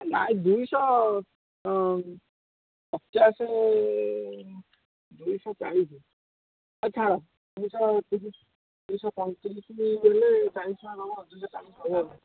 ନାହିଁ ଦୁଇଶହ ପଚାଶ ଦୁଇଶହ ଚାଳିଶ ଆଚ୍ଛା ଦୁଇଶହ ତିରିଶ ଦୁଇଶହ ପଈଁତିରିଶ ହେଲେ ଦୁଇଶହ ଚାଳିଶ ଟଙ୍କା ଦେବ ଆଉ